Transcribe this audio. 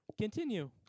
Continue